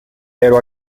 pero